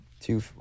two